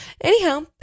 Anyhow